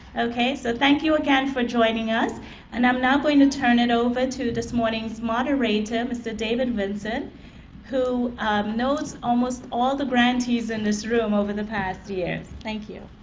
ok, so thank you again for joining us and i'm now going to turn it over to this morning's moderator mr. david vincent who knows almost all of the grantees in this room over the past years. thank you.